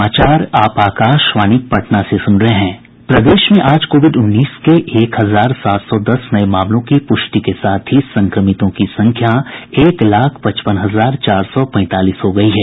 प्रदेश में आज कोविड उन्नीस के एक हजार सात सौ दस नये मामलों की पुष्टि के साथ ही संक्रमितों की संख्या एक लाख पचपन हजार चार सौ पैंतालीस हो गयी है